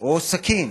או סכין